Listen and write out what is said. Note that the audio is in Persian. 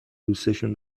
دوسشون